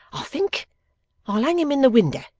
i think i'll hang him in the winder,